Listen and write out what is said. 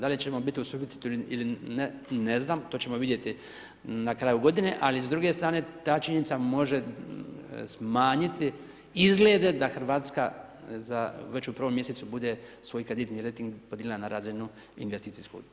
Da li ćemo biti u suficitu ili ne, ne znam, to ćemo vidjeti na kraju godine ali s druge strane, ta činjenica može smanjiti izglede da Hrvatska za već u 1. mj. bude svoj kreditni rejting podigla na razinu investicijskog.